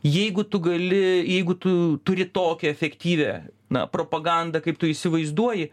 jeigu tu gali jeigu tu turi tokią efektyvią na propagandą kaip tu įsivaizduoji